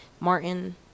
Martin